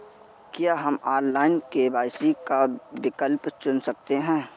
क्या हम online KYC का विकल्प चुन सकते हैं?